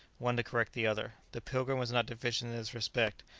one to correct the other. the pilgrim was not deficient in this respect,